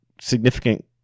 significant